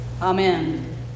Amen